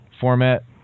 format